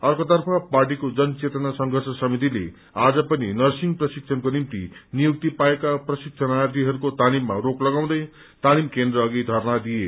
अर्को तर्फ पार्टीको जन चेतना संर्यष समितिले आज पनि नरसिङ प्रशिक्षणको निम्ति नियुक्ती पाएका प्रशिक्षणार्थीहरूके तालिममा रोक लगाउँदै तालिम केन्द्र अघि धरना दिए